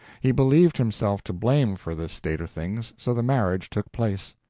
he believed himself to blame for this state of things, so the marriage took place.